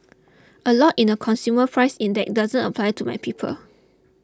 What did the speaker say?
a lot in the consumer price index doesn't apply to my people